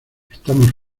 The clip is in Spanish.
estamos